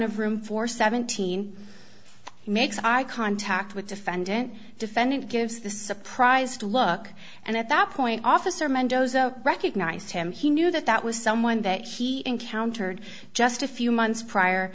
of room for seventeen makes eye contact with defendant defendant gives the surprised look and at that point officer mendoza recognised him he knew that that was someone that he encountered just a few months prior